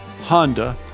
Honda